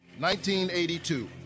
1982